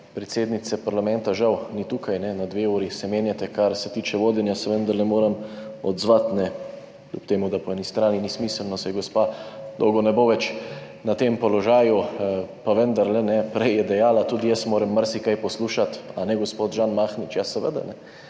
predsednice parlamenta žal ni tukaj, na dve uri se menjate, kar se tiče vodenja, se vendarle moram odzvati. Kljub temu da po eni strani ni smiselno, saj gospa ne bo več dolgo na tem položaju. Pa vendarle, prej je dejala: tudi jaz moram marsikaj poslušati, ali ne, gospod Žan Mahnič? Ja seveda, saj